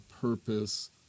purpose